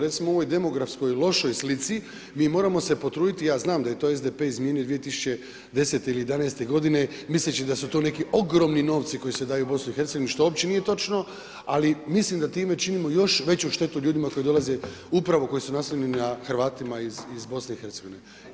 Recimo u ovoj demografskoj lošoj slici, mi moramo se potruditi, ja znam da je to SDP izmijenio 2010. ili 2011. godine, misleći da su to neki ogromni novci koji se daju BiH-u, što uopće nije točno, ali mislim da time činimo još veću štetu ljudima koji dolaze upravo koji su naseljeni Hrvatima iz BiH-a.